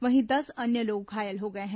वहीं दस अन्य लोग घायल हो गए हैं